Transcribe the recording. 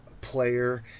player